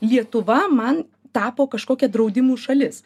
lietuva man tapo kažkokia draudimų šalis